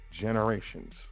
generations